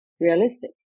realistic